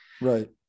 Right